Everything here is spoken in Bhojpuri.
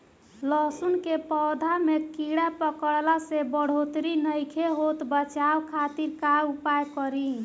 लहसुन के पौधा में कीड़ा पकड़ला से बढ़ोतरी नईखे होत बचाव खातिर का उपाय करी?